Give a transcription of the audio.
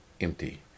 empty